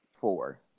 four